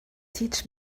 teach